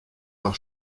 par